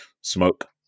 smoke